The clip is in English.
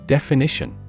Definition